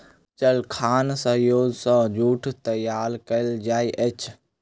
चरखाक सहयोग सॅ सूत तैयार कयल जाइत अछि